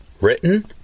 Written